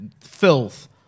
filth